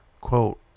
Quote